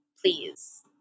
please